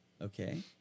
Okay